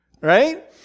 right